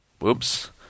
whoops